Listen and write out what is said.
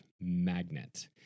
magnet